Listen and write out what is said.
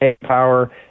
power